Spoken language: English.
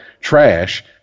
trash